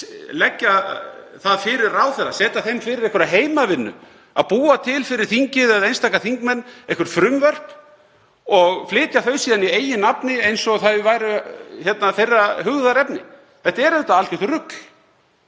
leggja það fyrir ráðherra, setja þeim fyrir einhverja heimavinnu að búa til fyrir þingið, eða einstaka þingmenn, einhver frumvörp og flytja þau síðan í eigin nafni eins og þau væru þeirra hugðarefni? Þetta er auðvitað algjört rugl,